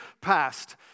past